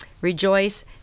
rejoice